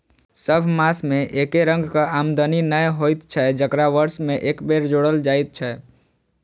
सभ मास मे एके रंगक आमदनी नै होइत छै जकरा वर्ष मे एक बेर जोड़ल जाइत छै